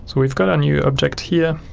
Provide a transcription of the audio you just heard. so we've got our new object here,